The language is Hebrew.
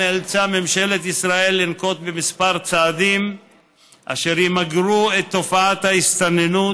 נאלצה ממשלת ישראל לנקוט כמה צעדים אשר ימגרו את תופעת ההסתננות